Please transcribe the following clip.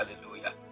Hallelujah